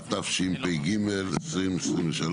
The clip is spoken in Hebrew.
התשפ"ג-2023